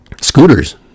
scooters